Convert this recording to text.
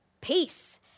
peace